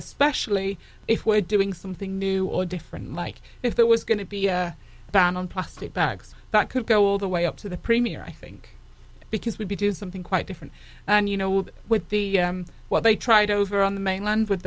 especially if we're doing something new or different like if there was going to be a ban on plastic bags that could go all the way up to the premier i think because we'd be doing something quite different and you know with the what they tried over on the mainland with